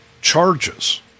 charges